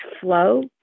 flow